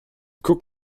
guck